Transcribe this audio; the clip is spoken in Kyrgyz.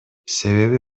себеби